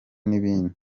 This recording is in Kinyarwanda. n’ibintu